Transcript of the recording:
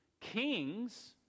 kings